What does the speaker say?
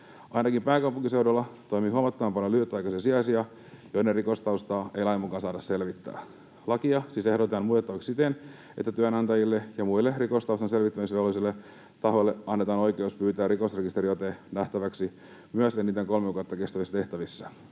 Ainakin pääkaupunkiseudulla toimii huomattavan paljon lyhytaikaisia sijaisia, joiden rikostaustaa ei lain mukaan saada selvittää. Lakia siis ehdotetaan muutettavaksi siten, että työnantajille ja muille rikostaustan selvittämisvelvollisille tahoille annetaan oikeus pyytää rikosrekisteriote nähtäväksi myös enintään kolme kuukautta kestävissä tehtävissä.